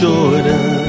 Jordan